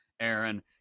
Aaron